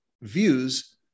views